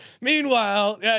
Meanwhile